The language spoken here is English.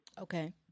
Okay